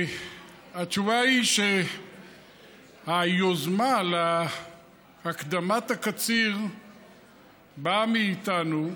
התשובה היא שהיוזמה להקדמת הקציר באה מאיתנו,